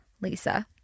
Lisa